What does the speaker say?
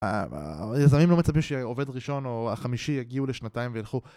היזמים לא מצפים שעובד ראשון או החמישי יגיעו לשנתיים וילכו